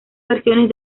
versiones